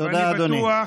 תודה, אדוני.